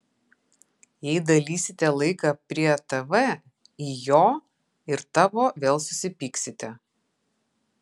jei dalysite laiką prie tv į jo ir tavo vėl susipyksite